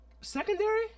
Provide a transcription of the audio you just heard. secondary